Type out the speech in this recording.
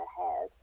ahead